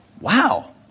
Wow